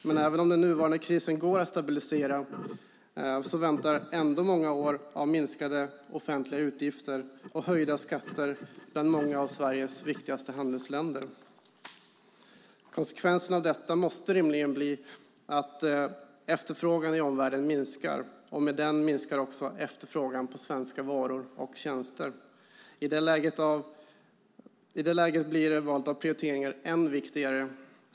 Men även om den nuvarande krisen går att stabilisera väntar ändå många år av minskade offentliga utgifter och höjda skatter bland många av Sveriges viktigaste handelsländer. Konsekvensen av detta måste rimligen bli att efterfrågan i omvärlden minskar, och med den minskar också efterfrågan på svenska varor och tjänster. I det läget blir valet av prioriteringar än viktigare.